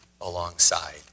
alongside